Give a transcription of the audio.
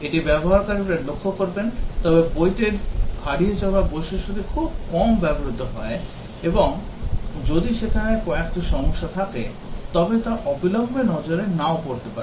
এটি ব্যবহারকারীরা লক্ষ্য করবেন তবে বইটির হারিয়ে যাওয়া বৈশিষ্ট্যটি খুব কম ব্যবহৃত হয় এবং যদি সেখানে কয়েকটি সমস্যা থাকে তবে তা অবিলম্বে নজরে নাও পড়তে পারে